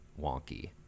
wonky